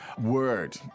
word